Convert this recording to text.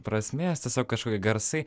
prasmės tiesiog kažkokie garsai